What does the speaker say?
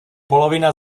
polovina